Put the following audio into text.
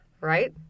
right